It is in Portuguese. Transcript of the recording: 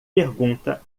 pergunta